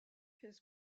his